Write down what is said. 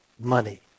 Money